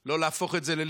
לא להפוך את זה ללינץ'.